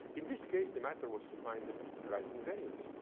in this case, the matter was to find the right invariance.